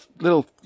little